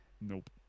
Nope